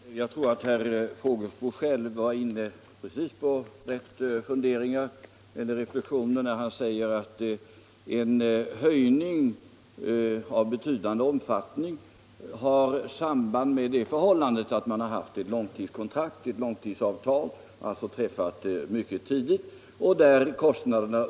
Herr talman! Jag tror att herr Fågelsbo själv var inne på rätt reflexion när han sade att en höjning av betydande omfattning har samband med det förhållandet att man haft ett långtidskontrakt, alltså ett mycket tidigt träffat avtal.